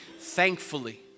thankfully